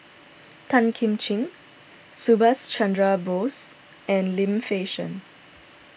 Tan Kim Ching Subhas Chandra Bose and Lim Fei Shen